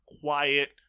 quiet